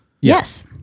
yes